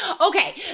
Okay